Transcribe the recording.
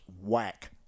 whack